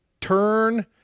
turn